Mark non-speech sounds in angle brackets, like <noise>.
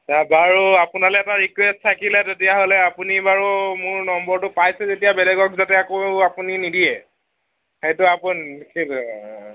বাৰু আপোনালৈ এটা ৰিকুৱেষ্ট থাকিলে তেতিয়াহ'লে আপুনি বাৰু মোৰ নাম্বৰটো পাইছে যেতিয়া বেলেগক যাতে আকৌ আপুনি নিদিয়ে সেইটো আপুনি <unintelligible>